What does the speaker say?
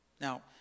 Now